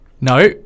no